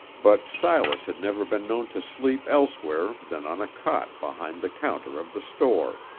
but silas had never been known to sleep elsewhere than on a cot behind the counter of the store.